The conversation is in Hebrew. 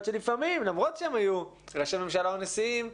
שלפעמים למרות שהם היו ראשי ממשלה ונשיאים,